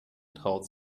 traut